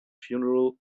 funeral